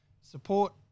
support